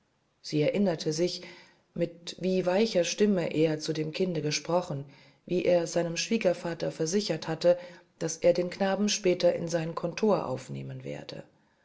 sie erinnerte sich mit wie weicher stimme er zu dem kinde gesprochen wie er seinem schwiegervater versichert hatte daß er den knaben später in sein kontor aufnehmen werde